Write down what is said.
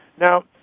Now